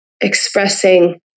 expressing